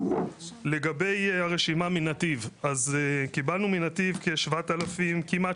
לגבי הרשימה מנתיב, קיבלנו מנתיב כמעט